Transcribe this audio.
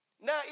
now